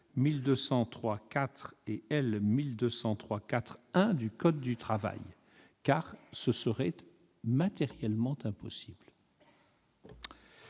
L. 1233-4 et L. 1233-4-1 du code du travail, ce qui ce serait matériellement impossible.